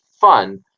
fun